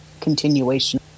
continuation